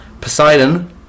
poseidon